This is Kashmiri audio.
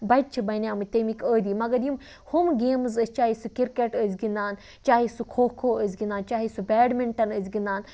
بَچہِ چھِ بَنیٛامٕتۍ تَمیٚکۍ عٲدی مگر یِم ہُم گیمٕز ٲسۍ چاہے سُہ کِرکَٹ ٲسۍ گِنٛدان چاہے سُہ کھو کھو ٲسۍ گِنٛدان چاہے سُہ بیڈ مِںٛٹَن ٲسۍ گِنٛدان